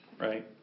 right